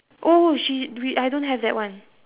oh she w~ I don't have that one